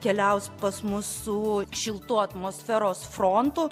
keliaus pas mus su šiltu atmosferos frontu